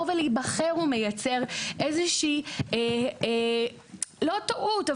ולהיבחר הוא מייצר איזה שהיא לא טעות,